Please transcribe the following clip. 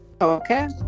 okay